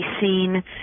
seen